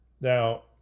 Now